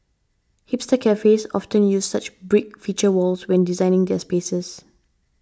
hipster cafes often use such brick feature walls when designing their spaces